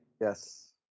Yes